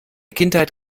kindheit